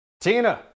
Tina